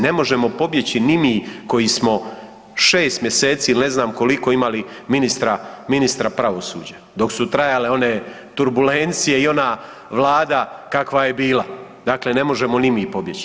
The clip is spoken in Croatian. Ne možemo pobjeći ni mi koji smo 6 mjeseci ili ne znam koliko imali ministra, ministra pravosuđa dok su trajale one turbulencije i ona vlada kakva je bila, dakle ne možemo ni mi pobjeći.